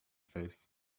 face